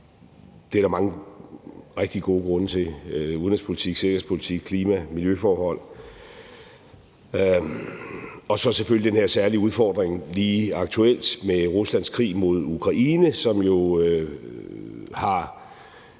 Det er der mange rigtig gode grunde til: udenrigspolitik, sikkerhedspolitik, klima, miljøforhold og så selvfølgelig den her særlige udfordring lige aktuelt med Ruslands krig mod Ukraine, som jo har